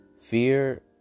Fear